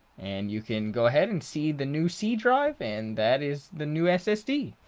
and you can go ahead and see the new c drive and that is the new ssd.